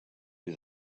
you